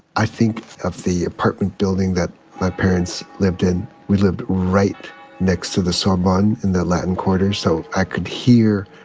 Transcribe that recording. i think of the apartment building that my parents lived in. we lived right next to the sorbonne in the latin quarter. so i could hear,